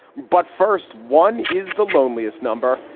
but first one is the loneliest number,